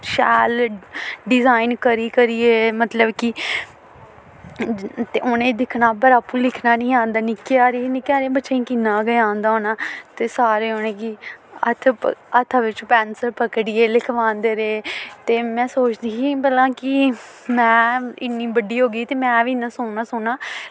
शैल डिजाइन करी करियै मतलब कि ते उ'नें गी दिक्खना भला आपूं लिखना निं ही औंदा निक्की सारी ही निक्के सारे बच्चें गी किन्ना गै औंदा होना ते सारे उ'नें गी हत्थ पक हत्था बिच्च पैंसल पकड़ियै लिखवांदे रेह् ते में सोचदी ही भला कि में इन्नी बड्डी होगी ते में बी इन्ना सोह्ना सोह्ना